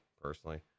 personally